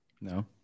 No